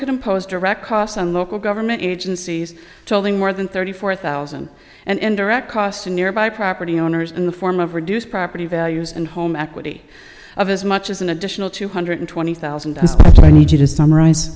could impose direct costs on local government agencies told in more than thirty four thousand and indirect cost in nearby property owners in the form of reduced property values and home equity of as much as an additional two hundred twenty thousand especially i need you to summarize